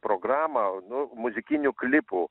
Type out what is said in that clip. programą nu muzikinių klipų